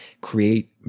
create